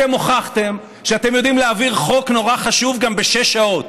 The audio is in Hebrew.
אתם הוכחתם שאתם יודעים להעביר חוק נורא חשוב גם בשש שעות,